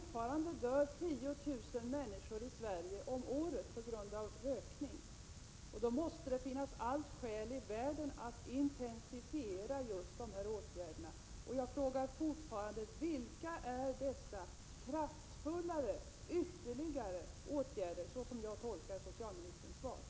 Fortfarande dör 10 000 människor om året i Sverige på grund av rökning. Då måste det finnas alla skäl i världen att intensifiera just de här åtgärderna. Jag frågar fortfarande: Vilka är dessa kraftfullare eller ytterligare åtgärder, som jag av socialministerns svar tolkar skall komma?